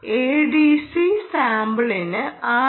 ADC സാമ്പിളിന് 6